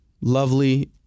lovely